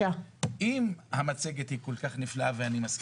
אם המצגת היא כל כך נפלאה, ואני מסכים,